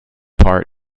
part